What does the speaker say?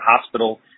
hospital